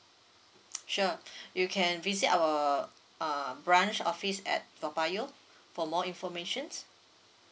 sure you can visit our uh branch office at toa payoh for more information